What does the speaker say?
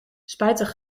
spijtig